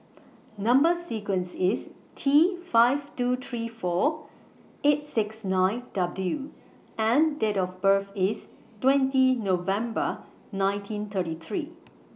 Number sequence IS T five two three four eight six nine W and Date of birth IS twenty November nineteen thirty three